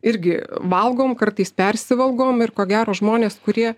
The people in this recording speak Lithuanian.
irgi valgom kartais persivalgom ir ko gero žmonės kurie